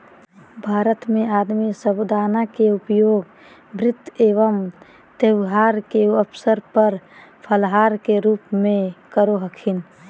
भारत में आदमी साबूदाना के उपयोग व्रत एवं त्यौहार के अवसर पर फलाहार के रूप में करो हखिन